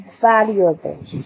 valuable